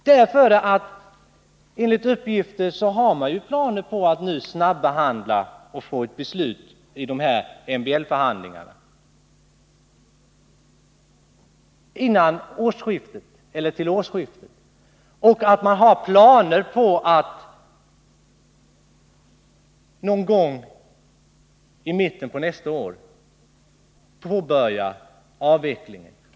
Det föreligger, enligt uppgifter, planer på att nu snabbehandla ärendet och fatta ett beslut i MBL-förhandlingarna till årsskiftet. Man planerar att någon gång i mitten på nästa år påbörja avvecklingen.